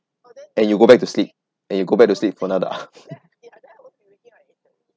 and you go back to sleep and you go back to sleep for another